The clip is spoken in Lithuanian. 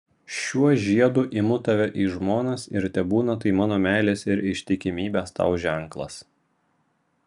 šiuo žiedu imu tave į žmonas ir tebūna tai mano meilės ir ištikimybės tau ženklas